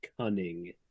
cunning